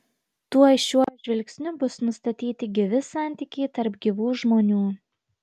tuoj šiuo žvilgsniu buvo nustatyti gyvi santykiai tarp gyvų žmonių